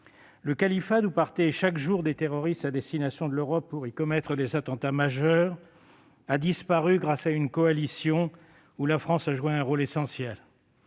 Le califat d'où partaient chaque jour des terroristes à destination de l'Europe pour y commettre des attentats majeurs a disparu, grâce à une coalition où la France a joué un rôle essentiel.